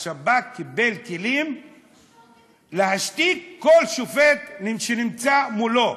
השב"כ קיבל כלים להשתיק כל שופט שנמצא מולו,